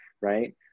right